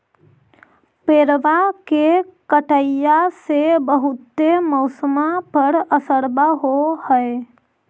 पेड़बा के कटईया से से बहुते मौसमा पर असरबा हो है?